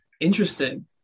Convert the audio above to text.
Interesting